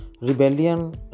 rebellion